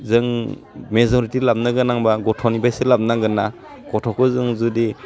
जों मेज'रिटि लाबोनो गोनांबा गथ'नि बायसो लाबो नांगोन्ना गथ'खौ जों जुदि